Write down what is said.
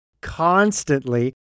constantly